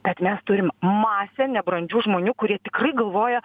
bet mes turim masę nebrandžių žmonių kurie tikrai galvoja